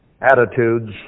attitudes